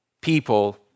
people